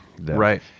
right